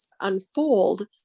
unfold